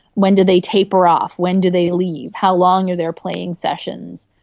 when do they taper off, when do they leave, how long are their playing sessions,